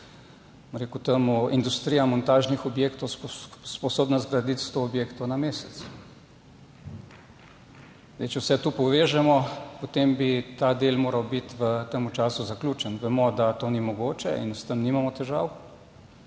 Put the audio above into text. industrija montažnih objektov, sposobna zgraditi sto objektov na mesec. Zdaj, če vse to povežemo, potem bi ta del moral biti v tem času zaključen. Vemo, da to ni mogoče in s tem nimamo težav.